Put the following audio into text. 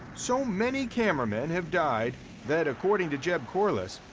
so many cameramen have died that, according to jeb corliss,